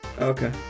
Okay